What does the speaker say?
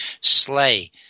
slay